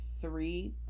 three